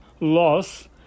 loss